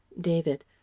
David